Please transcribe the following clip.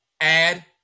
Add